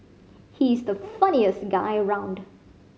he's the funniest guy around